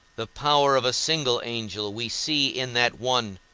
the power of a single angel we see in that one,